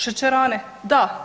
Šećerane, da.